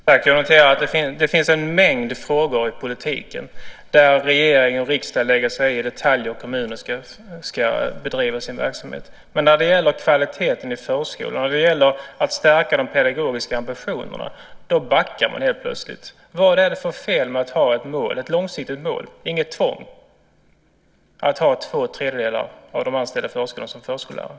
Fru talman! Jag noterar att det finns en mängd frågor i politiken där regering och riksdag lägger sig i detaljer i hur kommuner ska bedriva sin verksamhet, men när det gäller kvaliteten i förskolan och att stärka de pedagogiska ambitionerna backar man helt plötsligt. Vad är det för fel med att ha som långsiktigt mål - inget tvång - att två tredjedelar av de anställda i förskolan ska vara förskollärare?